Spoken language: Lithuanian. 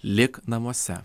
lik namuose